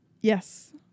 Yes